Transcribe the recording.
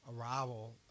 arrival